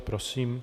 Prosím.